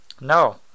no